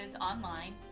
online